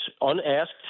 unasked